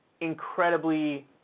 incredibly